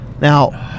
Now